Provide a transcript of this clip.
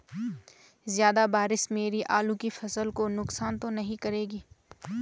ज़्यादा बारिश मेरी आलू की फसल को नुकसान तो नहीं करेगी?